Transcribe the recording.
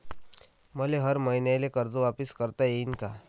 मले हर मईन्याले कर्ज वापिस करता येईन का?